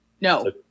no